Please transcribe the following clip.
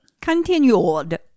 Continued